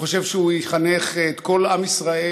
וחושב שהוא יחנך את כל עם ישראל,